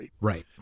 right